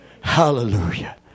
Hallelujah